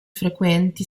frequenti